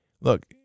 Look